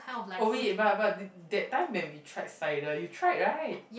oh wait but but that that time when we tried cider you tried right